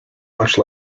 much